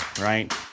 right